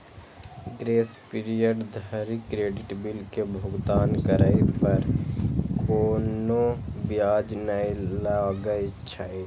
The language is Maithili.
ग्रेस पीरियड धरि क्रेडिट बिल के भुगतान करै पर कोनो ब्याज नै लागै छै